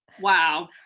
wow